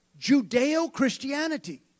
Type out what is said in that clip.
Judeo-Christianity